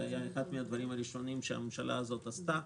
זה אחד הדברים הראשונים שהממשלה הזאת עשתה,